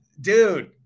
dude